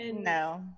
No